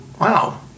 Wow